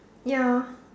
ya